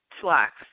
slacks